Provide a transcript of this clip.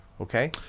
okay